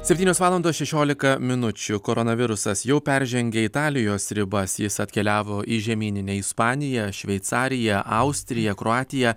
septynios valandos šešiolika minučių koronavirusas jau peržengė italijos ribas jis atkeliavo į žemyninę ispaniją šveicariją austriją kroatiją